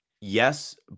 yes